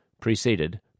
preceded